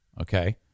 Okay